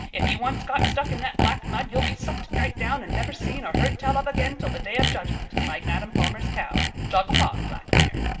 if you once got stuck in that black mud you'd be sucked right down and never seen or heard tell of again till the day of judgment, like adam palmer's cow. jog along, black mare.